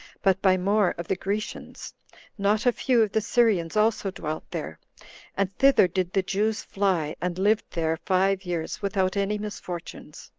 but by more of the grecians not a few of the syrians also dwelt there and thither did the jews fly, and lived there five years, without any misfortunes.